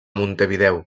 montevideo